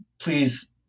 please